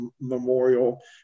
memorial